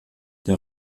der